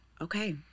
Okay